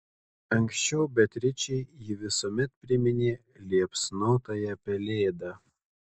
anksčiau beatričei ji visuomet priminė liepsnotąją pelėdą